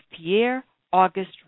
Pierre-Auguste